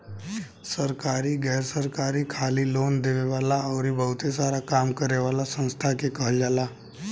सरकारी, गैर सरकारी, खाली लोन देवे वाला अउरी बहुते सारा काम करे वाला संस्था के कहल जाला